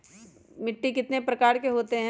मिट्टी कितने प्रकार के होते हैं?